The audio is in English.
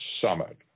Summit